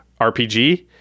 RPG